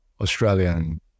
Australian